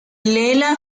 leela